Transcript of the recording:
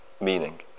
meaning